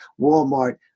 Walmart